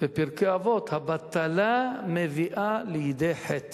בפרקי אבות: הבטלה מביאה לידי חטא,